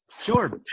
Sure